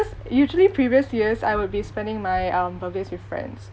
cause usually previous years I would be spending my um birthdays with friends